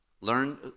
Learn